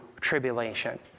tribulation